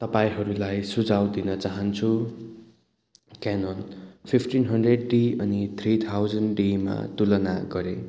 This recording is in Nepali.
तपाईँहरूलाई सुझाव दिन चाहन्छु केनोन फिफ्टिन हन्ड्रेड डी अनि थ्री थाउजन्ड डीमा तुलना गरे